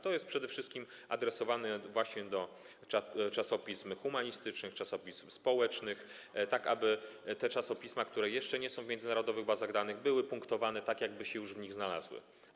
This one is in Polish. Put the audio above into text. To jest przede wszystkim adresowane właśnie do czasopism humanistycznych, czasopism społecznych, tak aby czasopisma, które jeszcze nie są w międzynarodowych bazach danych, były punktowane tak, jakby już w nich się znalazły.